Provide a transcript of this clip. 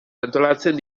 antolatzen